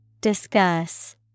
Discuss